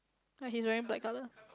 ya he's wearing black colour